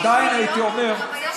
עדיין הייתי אומר,